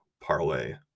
parlay